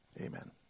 Amen